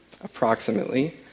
approximately